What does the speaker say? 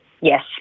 Yes